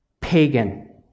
pagan